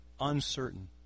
uncertain